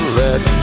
let